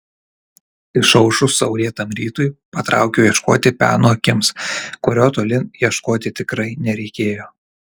išaušus saulėtam rytui patraukiau ieškoti peno akims kurio toli ieškoti tikrai nereikėjo